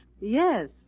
Yes